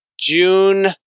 June